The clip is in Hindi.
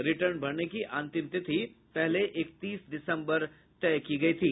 रिटर्न भरने की अंतिम तिथि पहले इकतीस दिसम्बर तय थी